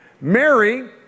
Mary